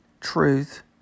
truth